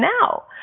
now